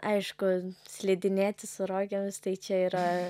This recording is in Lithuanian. aišku slidinėti su rogėmis tai čia yra